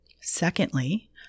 Secondly